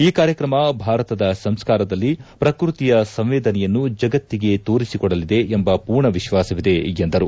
ಈ ಕಾರ್ಯಕ್ರಮ ಭಾರತದ ಸಂಸ್ನಾ ರದಲ್ಲಿ ಪ್ರಕ್ಷತಿಯ ಸಂವೇದನೆಯನ್ನು ಜಗತ್ತಿಗೆ ತೋರಿಸಿಕೊಡಲಿದೆ ಎಂಬ ಪೂರ್ಣ ವಿಶ್ಲಾಸವಿದೆ ಎಂದರು